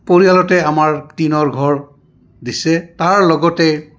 পৰিয়ালতে আমাৰ টিংৰ ঘৰ দিছে তাৰ লগতে